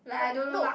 like no